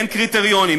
אין קריטריונים.